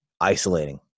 isolating